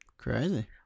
Crazy